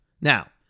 Now